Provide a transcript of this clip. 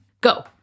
Go